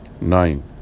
nine